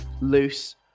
loose